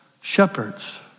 Shepherds